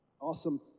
Awesome